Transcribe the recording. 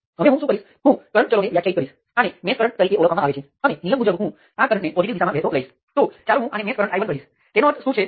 તો તમે જાણો છો કે તમારી પાસે n નોડ સાથેની સર્કિટ છે અને ત્યાં તમને બતાવવાં માટે લખેલું છે જ્યારે લૂપ્સને ઓળખવું થોડું જટિલ છે જે સ્વતંત્ર છે